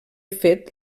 fet